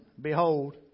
behold